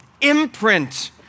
imprint